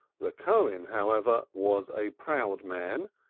the cohen, however, was a proud man,